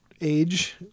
age